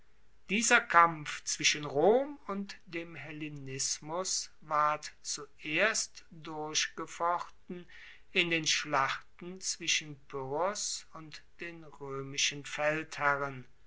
dieser kampf zwischen rom und dem hellenismus ward zuerst durchgefochten in den schlachten zwischen pyrrhos und den roemischen feldherren